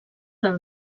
del